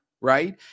right